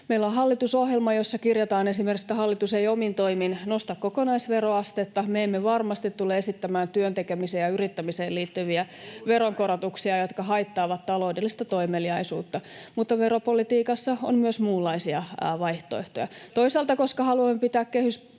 Meillä on hallitusohjelma, jossa kirjataan esimerkiksi, että hallitus ei omin toimin nosta kokonaisveroastetta, me emme varmasti tule esittämään työn tekemiseen ja yrittämiseen liittyviä veronkorotuksia, jotka haittaavat taloudellista toimeliaisuutta, mutta veropolitiikassa on myös muunlaisia vaihtoehtoja. Toisaalta koska haluamme pitää